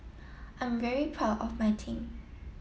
I'm very proud of my team